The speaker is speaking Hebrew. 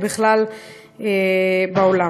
ובכלל בעולם.